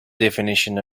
definition